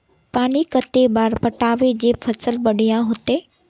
पानी कते बार पटाबे जे फसल बढ़िया होते?